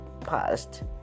passed